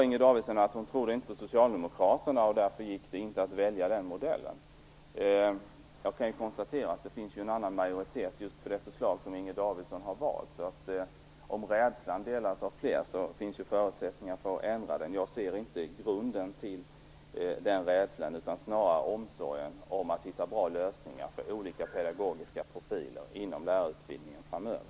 Inger Davidson sade att hon inte tror på socialdemokraterna och att det därför inte gick att välja den modellen. Jag kan konstatera att det finns en annan majoritet just för det förslag som Inger Davidson har valt, så om rädslan delas av fler finns ju förutsättningar för att ändra detta. Jag ser inte grunden till denna rädsla utan snarare omsorgen om att hitta bra lösningar för olika pedagogiska profiler inom lärarutbildningen framöver.